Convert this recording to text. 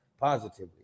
positively